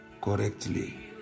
correctly